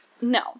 No